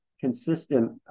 consistent